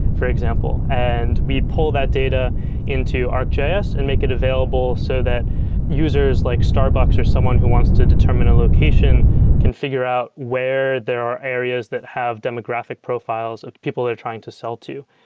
for example, and we pull that data into arcgis and make it available so that users like starbucks or someone who wants to determine a location can figure out where there are areas that have demographic profiles of the people they're trying to sell to.